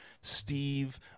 steve